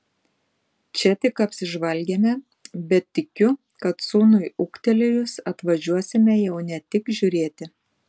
čia tik apsižvalgėme bet tikiu kad sūnui ūgtelėjus atvažiuosime jau ne tik žiūrėti